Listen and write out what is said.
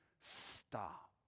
stop